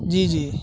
جی جی